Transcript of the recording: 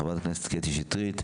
חברת הכנסת קטי שטרית,